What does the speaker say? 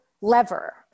lever